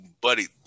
buddy